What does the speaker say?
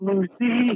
Lucy